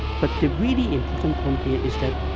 but the really important point here is that,